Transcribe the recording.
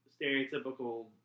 stereotypical